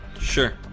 sure